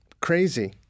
Crazy